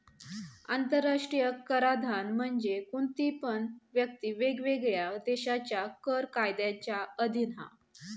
आंतराष्ट्रीय कराधान म्हणजे कोणती पण व्यक्ती वेगवेगळ्या देशांच्या कर कायद्यांच्या अधीन हा